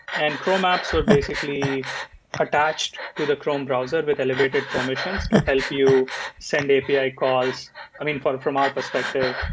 and chrome apps were basically attached to the chrome browser with elevated permissions to help you send api calls i mean, from from our perspective,